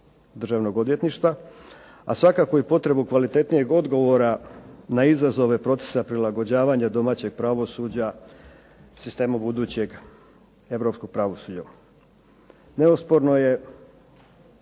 državnog odvjetništva, a svakako i potrebu kvalitetnijeg odgovora na izazove procesa prilagođavanja domaćeg pravosuđa sistemu budućeg europskog pravosuđa. Neosporno je,